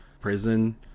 prison